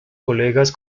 colegas